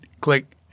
click